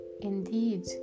Indeed